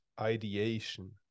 ideation